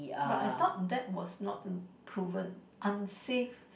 but I thought that was not proven unsafe